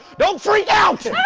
don't freak out!